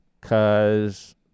Cause